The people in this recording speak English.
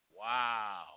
Wow